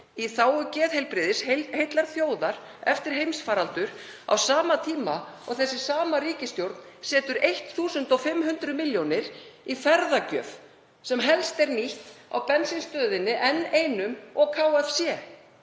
í þágu geðheilbrigðis heillar þjóðar eftir heimsfaraldur á sama tíma og þessi sama ríkisstjórn setur 1.500 milljónir í ferðagjöf sem helst er nýtt á bensínstöðinni N1 og KFC.